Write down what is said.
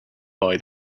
buy